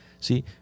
See